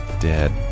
dead